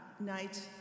night